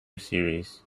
series